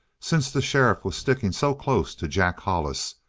since the sheriff was sticking so close to jack hollis,